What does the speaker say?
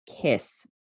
kiss